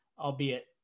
albeit